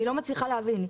אני לא מצליחה להבין,